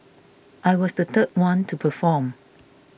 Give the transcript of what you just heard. I was the third one to perform